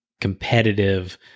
competitive